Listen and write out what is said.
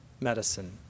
medicine